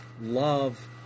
love